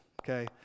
okay